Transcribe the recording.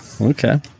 Okay